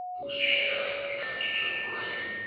whose hair had begun to turn gray,